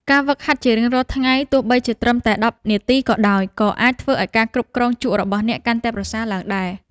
ការហ្វឹកហាត់ជារៀងរាល់ថ្ងៃទោះបីជាត្រឹមតែដប់នាទីក៏ដោយក៏អាចធ្វើឱ្យការគ្រប់គ្រងជក់របស់អ្នកកាន់តែប្រសើរឡើងដែរ។